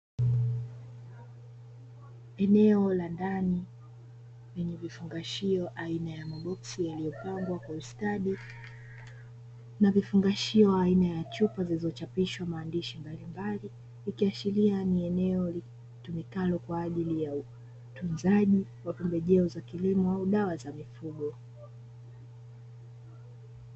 Eneo la ndani lenye vifungashio aina ya maboksi yaliopangwa kwa ustadi na vifungashio aina ya chupa zilizochapishwa maandishi mbalimbali, ikiashiria ni eneo litumikalo kwa ajili ya utunzaji wa pembejeo za kilimo au dawa za mifugo.